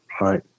right